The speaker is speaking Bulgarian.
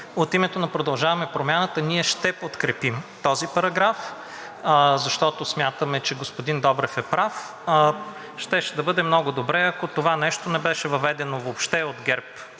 От името на „Продължаваме Промяната“ – ние ще подкрепим този параграф, защото смятаме, че господин Добрев е прав. Щеше да бъде много добре, ако това нещо въобще не беше въведено от ГЕРБ